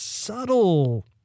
Subtle